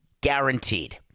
Guaranteed